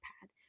pad